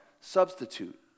substitute